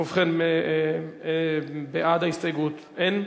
ובכן, בעד ההסתייגות, אין,